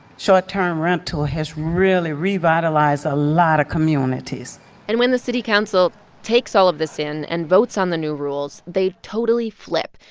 short-term rental has really revitalized a lot of communities and when the city council takes all of this in and votes on the new rules, they totally flip.